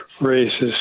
races